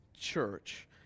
church